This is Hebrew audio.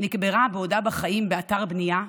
נקברה בעודה בחיים באתר בנייה,